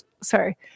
sorry